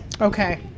Okay